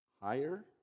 higher